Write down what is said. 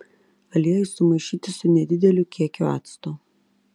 aliejų sumaišyti su nedideliu kiekiu acto